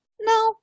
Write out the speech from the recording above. no